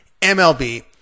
MLB